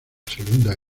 segunda